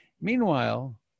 Meanwhile